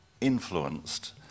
influenced